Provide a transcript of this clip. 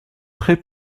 très